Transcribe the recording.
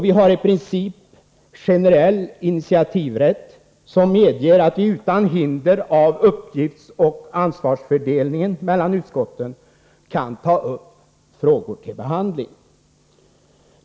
Vi har i princip generell initiativrätt som medger att vi, utan hinder av uppgiftsoch ansvarsfördelningen mellan utskotten, kan ta upp frågor till behandling.